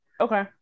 Okay